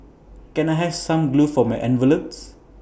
can I have some glue for my envelopes